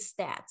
stats